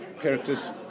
characters